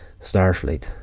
Starfleet